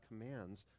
commands